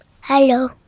Hello